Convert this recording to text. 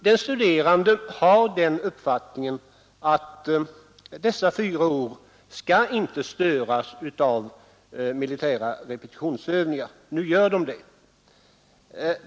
De studerande har den uppfattningen att dessa fyra år inte skall störas av militära repetitionsövningar. Nu sker det.